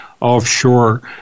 offshore